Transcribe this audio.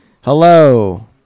Hello